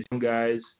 guys